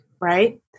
Right